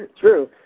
true